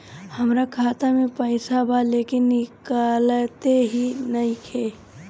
हमार खाता मे पईसा बा लेकिन निकालते ही नईखे?